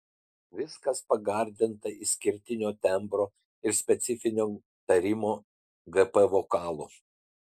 viskas pagardinta išskirtinio tembro ir specifinio tarimo gp vokalu